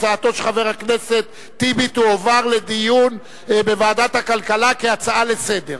הצעתו של חבר הכנסת טיבי תועבר לדיון בוועדת הכלכלה כהצעה לסדר-היום.